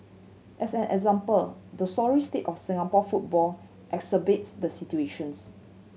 as an example the sorry state of Singapore football exacerbates the situations